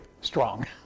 strong